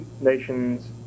Nations